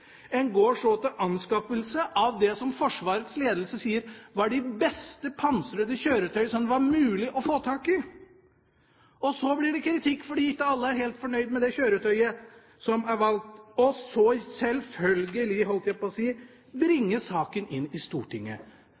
En går så til anskaffelse av det som Forsvarets ledelse sier var de beste pansrede kjøretøyene som det var mulig å få tak i. Så blir det kritikk fordi alle ikke er helt fornøyd med det kjøretøyet som er valgt, og så bringes sjølsagt – holdt jeg på å si – saken inn i Stortinget.